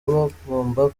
bagomba